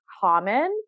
common